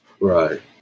Right